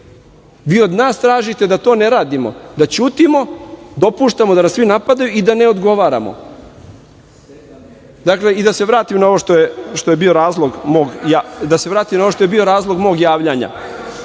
od nas tražite da to ne radimo, da ćutimo, dopuštamo da nas svi napadaju i da ne odgovaramo. Da se vratim na ovo što je bio razlog mog javljanja,